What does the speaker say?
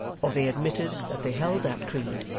or they admitted that they held that creed,